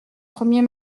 premier